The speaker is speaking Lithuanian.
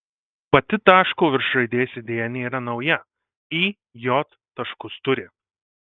pati taško virš raidės idėja nėra nauja i j taškus turi